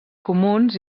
comuns